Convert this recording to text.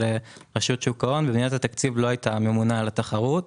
2.5 ו-5 מיליון זה רק לתקורות?